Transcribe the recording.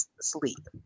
sleep